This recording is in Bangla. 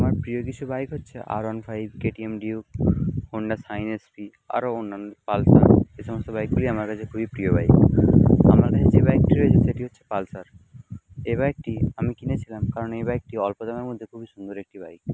আমার প্রিয় কিছু বাইক হচ্ছে R one five KTM Duke Honda সাইনাস পিআরও অন্যান্য পালসার এই সমস্ত বাইকগুলি আমার কাছে খুবই প্রিয় বাইক আমার কাছে যে বাইকটি রয়েছে সেটি হচ্ছে পালসার এ বাইকটি আমি কিনেছিলাম কারণ এই বাইকটি অল্প দামের মধ্যে খুবই সুন্দর একটি বাইক